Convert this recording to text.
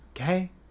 okay